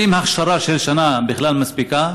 1. האם הכשרה של שנה מספיקה,